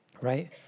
right